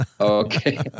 Okay